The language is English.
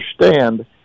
understand